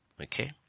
okay